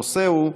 הנושא הוא: